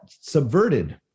subverted